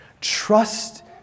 trust